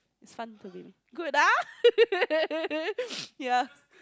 it's fun to be good ah ya